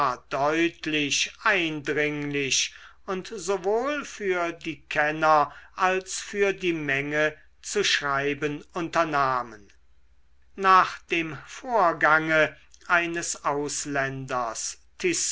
deutlich eindringlich und sowohl für die kenner als für die menge zu schreiben unternahmen nach dem vorgange eines ausländers